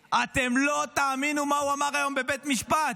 אתם לא תאמינו מה הוא אמר היום בבית המשפט.